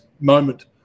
moment